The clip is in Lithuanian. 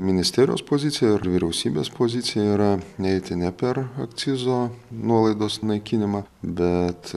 ministerijos pozicija ir vyriausybės pozicija yra neiti ne per akcizo nuolaidos naikinimą bet